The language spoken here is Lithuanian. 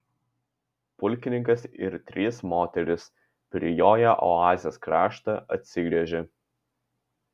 pulkininkas ir trys moterys prijoję oazės kraštą atsigręžė